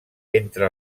entre